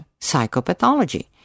psychopathology